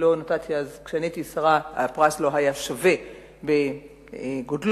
כשאני הייתי שרה הפרס לא היה שווה בגודלו